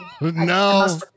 No